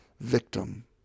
victim